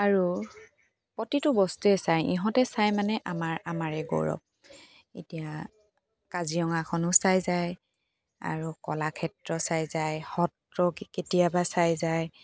আৰু প্ৰতিটো বস্তুৱে চায় ইহঁতে চায় মানে আমাৰ আমাৰে গৌৰৱ এতিয়া কাজিৰঙাখনো চাই যায় আৰু কলাক্ষেত্ৰ চাই যায় সত্ৰ কেতিয়াবা চাই যায়